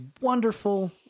wonderful